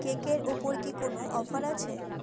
কেকের ওপর কি কোনও অফার আছে